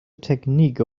technique